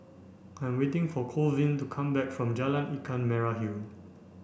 I am waiting for Colvin to come back from Jalan Ikan Merah Hill